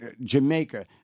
Jamaica